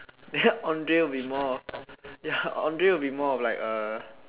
then Andrea would be more Andrea would be more of like a